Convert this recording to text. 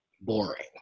boring